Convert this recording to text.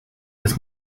des